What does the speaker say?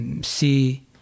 see